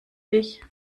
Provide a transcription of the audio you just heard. dich